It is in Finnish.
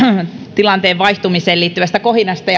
tilanteen vaihtumiseen liittyvästä kohinasta